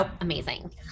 amazing